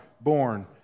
born